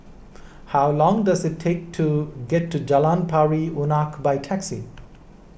how long does it take to get to Jalan Pari Unak by taxi